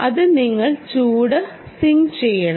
അത് നിങ്ങൾ ചൂട് സിങ് ചെയ്യണം